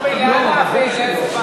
למה להסכים לזה?